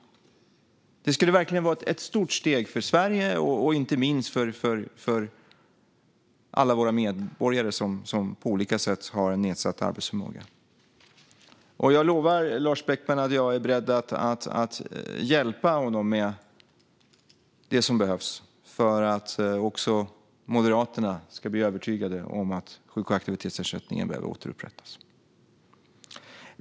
Det skulle verkligen vara ett stort steg för Sverige och inte minst för alla våra medborgare som på olika sätt har en nedsatt arbetsförmåga. Jag lovar Lars Beckman att jag är beredd att hjälpa honom med det som behövs för att också Moderaterna ska bli övertygade om att sjuk och aktivitetsersättningen behöver återupprättas. Fru talman!